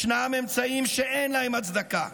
ישנם אמצעים שאין להם הצדקה.